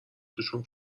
توشون